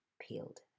peeled